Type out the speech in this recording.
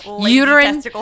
uterine